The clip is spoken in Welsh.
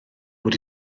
wedi